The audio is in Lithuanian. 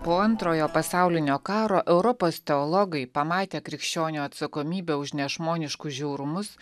po antrojo pasaulinio karo europos teologai pamatę krikščionių atsakomybę už nežmoniškus žiaurumus